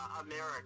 America